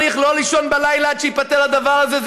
צריך לא לישון בלילה עד שייפתר הדבר הזה,